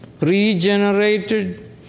Regenerated